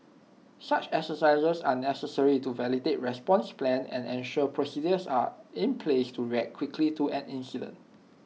such exercises are necessary to validate response plans and ensure procedures are in place to react quickly to an incident